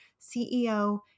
CEO